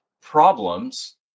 problems